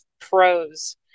pros